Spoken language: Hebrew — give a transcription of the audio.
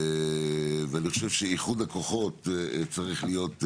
ואני חושב שאיחוד הכוחות צריך להיות,